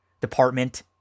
department